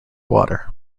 water